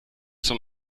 zum